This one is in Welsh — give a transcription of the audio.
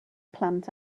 plant